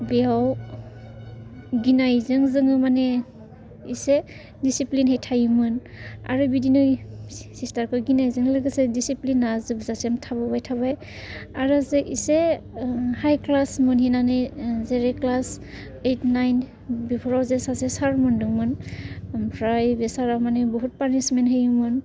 बेयाव गिनायजों जों माने एसे दिसिप्लेनै थायोमोन आरो बेबायदिनो सिस्तारफोरजों गिनायजों लोगोसे दिसिप्लेना जोबजासिम थाबोबाय थाबाय आरो जे एसे हाइ क्लास मोनहैनानै जेरै क्लास ओइट नाइन बेफोराव जे सासे सार दंमोन ओमफ्राय बे सारा माने बुहुत पानिशमेन्त होयोमोन